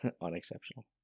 Unexceptional